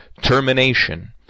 termination